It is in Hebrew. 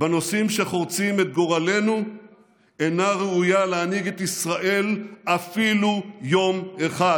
בנושאים שחורצים את גורלנו אינה ראויה להנהיג את ישראל אפילו יום אחד,